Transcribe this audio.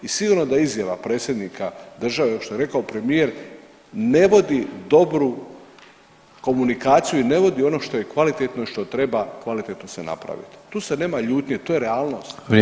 I sigurno da izjava predsjednika države, ovo što je rekao premijer ne vodi dobru komunikaciju i ne vodi ono što je kvalitetno i što treba kvalitetno se napraviti, tu se nema ljudi, a to je [[Upadica: Vrijeme.]] realnost.